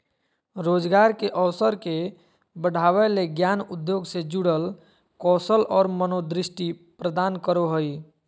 रोजगार के अवसर के बढ़ावय ले ज्ञान उद्योग से जुड़ल कौशल और मनोदृष्टि प्रदान करो हइ